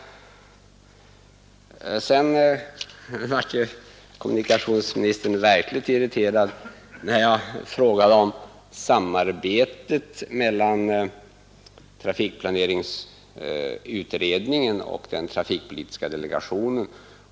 Sedan blev kommunikationsministern emellertid verkligt irriterad, när jag frågade om samarbetet mellan trafikplaneringsutredningen och den trafikpolitiska delegationen.